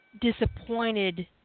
disappointed